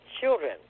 children